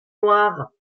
noire